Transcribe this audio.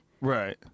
Right